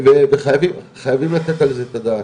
וחייבים לתת על זה את הדעת.